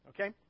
okay